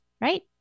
right